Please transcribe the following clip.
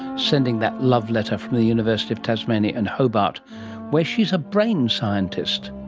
sending that love letter from the university of tasmania and hobart where she is a brain scientist